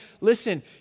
listen